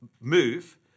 move